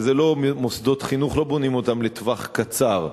ומוסדות חינוך לא בונים לטווח קצר.